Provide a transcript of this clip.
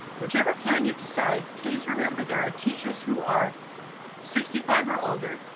whichever plan you decide, please remember there are teachers who are sixty five or older,